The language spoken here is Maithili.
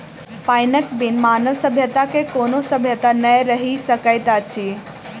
पाइनक बिन मानव सभ्यता के कोनो सभ्यता नै रहि सकैत अछि